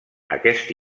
aquest